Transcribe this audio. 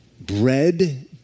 bread